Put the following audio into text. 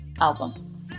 album